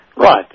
Right